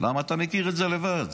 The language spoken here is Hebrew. אתה מכיר את זה לבד,